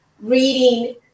reading